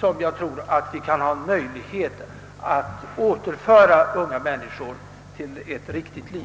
som jag tror vi kan ha möjligheter att återföra unga människor till ett riktigt liv.